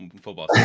football